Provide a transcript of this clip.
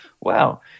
Wow